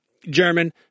German